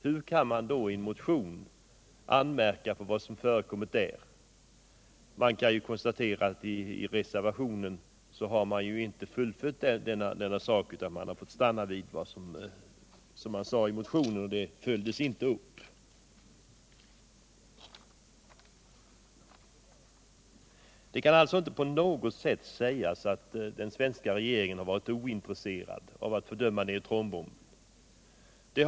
Hur kan man då i en motion anmärka på vad som förekommit där? Man har inte heller fullföljt denna sak i utskottet. Vad som sägs I motionen har inte följts upp i reservationen. Det kan alltså inte på något sätt sägas att den svenska regeringen har varit ointresserad av att fördöma neutronbomben.